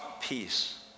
peace